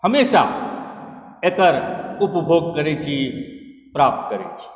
हमेशा एकर उपभोग करैत छी प्राप्त करैत छी